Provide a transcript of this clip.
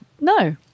No